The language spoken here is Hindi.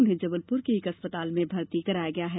उन्हें जबलपुर के एक अस्पताल में भर्ती कराया गया है